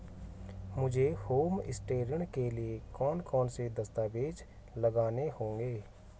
मुझे होमस्टे ऋण के लिए कौन कौनसे दस्तावेज़ लगाने होंगे?